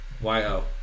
Y-O